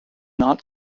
not